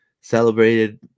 celebrated